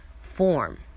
form